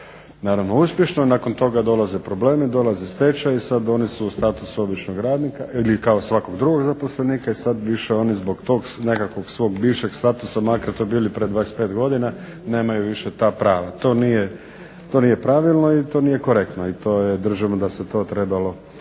naravno uspješno, nakon toga dolaze problemi, dolazi stečaj. I sad oni su u statusu običnog radnika ili kao svakog drugog zaposlenika i sad više oni zbog tog nekakvog svog bivšeg statusa makar to bili pred 25 godina nemaju više ta prava. To nije pravilno i to nije korektno. I to držimo da se to trebalo